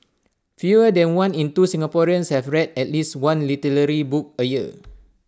fewer than one in two Singaporeans have read at least one literary book A year